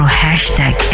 hashtag